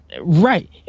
right